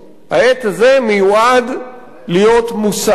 העץ הזה מיועד להיות מוסר.